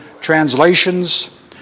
translations